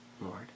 Lord